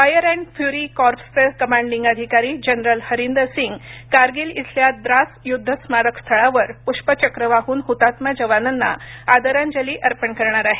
fire and fury corps चे commanding अधिकारी general Harinder Singh Kargil इथल्या द्रास युद्ध स्मारकस्थळावर पुष्पचक्र वाहून हुतात्मा जवानांना आदरांजली अर्पण करणार आहेत